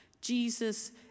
Jesus